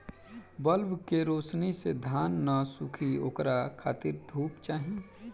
bulb के रौशनी से धान न सुखी ओकरा खातिर धूप चाही